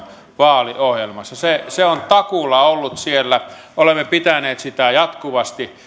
vaaliohjelmassa se se on takuulla ollut siellä olemme pitäneet sitä jatkuvasti